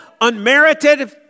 unmerited